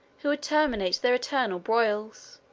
who would terminate their eternal broils.